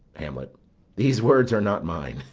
hamlet these words are not mine.